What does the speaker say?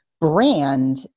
brand